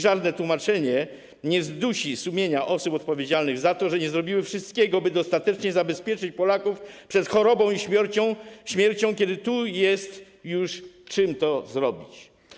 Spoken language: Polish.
Żadne tłumaczenie nie zdusi sumienia osób odpowiedzialnych za to, że nie zrobiły wszystkiego, by dostatecznie zabezpieczyć Polaków przed chorobą i śmiercią, kiedy jest już czym to zrobić.